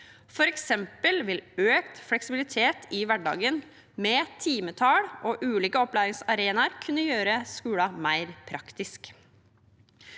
For eksempel vil økt fleksibilitet i hverdagen med timetall og ulike opplæringsarenaer kunne gjøre skolen mer praktisk.